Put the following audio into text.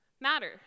matter